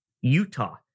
Utah